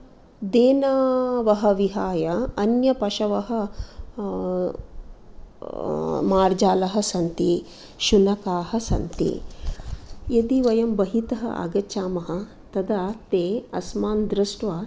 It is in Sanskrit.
देनवः विहाय अन्य पशवः मार्जालाः सन्ति शुनकाः सन्ति यदि वयं बहितः आगच्छामः तदा ते अस्मान् दृष्ट्वा